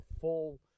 full